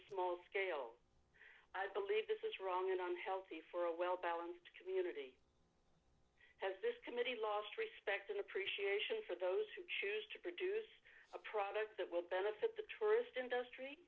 small scale i believe this is wrong on healthy for a well balanced community has this committee lost respect and appreciation for those who choose to produce a product that will benefit the tourist industry